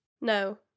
No